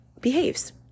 behaves